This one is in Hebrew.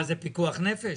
זה פיקוח נפש?